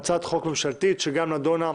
זאת הצעת חוק ממשלתית שגם נדונה.